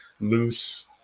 loose